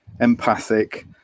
empathic